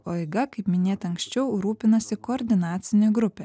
o eiga kaip minėta anksčiau rūpinasi koordinacinė grupė